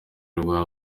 rwa